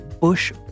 bush